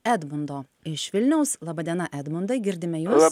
edmundo iš vilniaus laba diena edmundai girdime jus